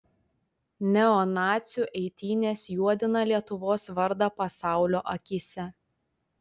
neonacių eitynės juodina lietuvos vardą pasaulio akyse